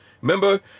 Remember